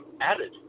added